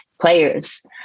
players